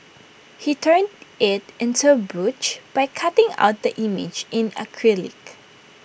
he turned IT into A brooch by cutting out the image in acrylic